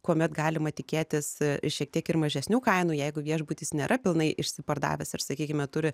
kuomet galima tikėtis šiek tiek ir mažesnių kainų jeigu viešbutis nėra pilnai išsipardavęs ir sakykime turi